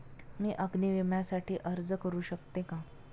मी अग्नी विम्यासाठी अर्ज करू शकते का?